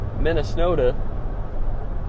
Minnesota